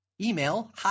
Email